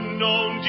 known